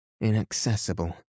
inaccessible